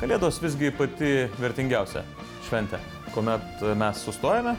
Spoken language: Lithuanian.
kalėdos visgi pati vertingiausia šventė kuomet mes sustojame